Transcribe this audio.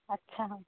ଆଚ୍ଛା ହଉ